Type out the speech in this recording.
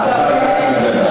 חבר הכנסת חזן,